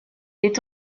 est